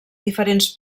diferents